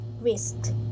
risk